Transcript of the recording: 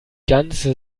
ganze